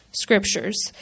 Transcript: scriptures